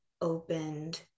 opened